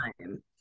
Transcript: time